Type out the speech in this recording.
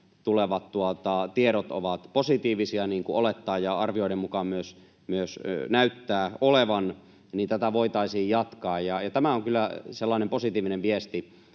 tulevat tiedot ovat positiivisia, niin kuin olettaa ja arvioiden mukaan myös näyttää olevan, niin tätä voitaisiin jatkaa, ja tämä on kyllä sellainen positiivinen viesti